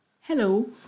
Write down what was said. Hello